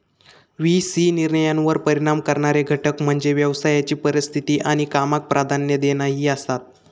V C निर्णयांवर परिणाम करणारे घटक म्हणजे व्यवसायाची परिस्थिती आणि कामाक प्राधान्य देणा ही आसात